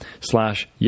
slash